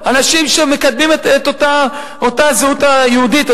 אנשים שמקדמים את אותה זהות יהודית,